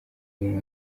uyu